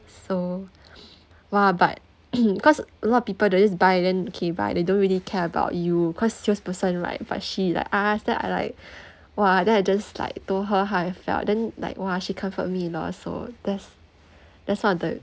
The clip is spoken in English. so !wah! but because a lot of people they just buy then okay bye they don't really care about you cause sales person right but she like ask then I like !wah! then I just like told her how I felt then like !wah! she comfort me lor so that's that's one of the